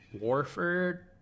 Warford